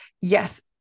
yes